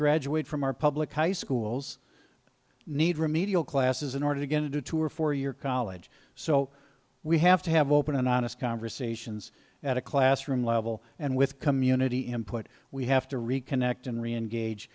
graduate from our public high schools need remedial classes in order to get a detour for your college so we have to have open and honest conversations at a classroom level and with community input we have to reconnect and reengage